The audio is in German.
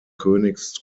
königs